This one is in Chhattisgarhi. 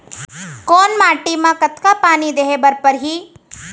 कोन माटी म कतका पानी देहे बर परहि?